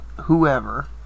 whoever